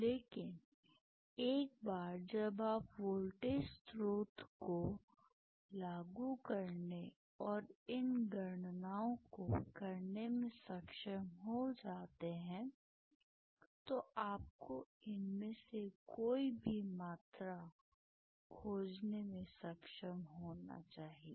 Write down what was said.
लेकिन एक बार जब आप वोल्टेज स्रोत को लागू करने और इन गणनाओं को करने में सक्षम हो जाते हैं तो आपको इनमें से कोई भी मात्रा खोजने में सक्षम होना चाहिए